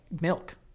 milk